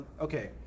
okay